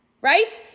right